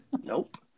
Nope